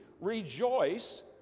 rejoice